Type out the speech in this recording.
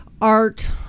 art